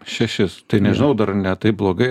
šešis tai nežinau dar ne taip blogai